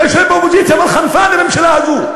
אתה יושב באופוזיציה אבל חנפן לממשלה הזו.